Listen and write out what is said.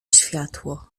światło